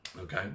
Okay